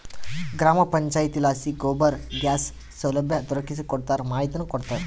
ಗ್ರಾಮ ಪಂಚಾಯಿತಿಲಾಸಿ ಗೋಬರ್ ಗ್ಯಾಸ್ ಸೌಲಭ್ಯ ದೊರಕಿಸಿಕೊಡ್ತಾರ ಮಾಹಿತಿನೂ ಕೊಡ್ತಾರ